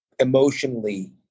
emotionally